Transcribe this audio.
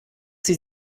sie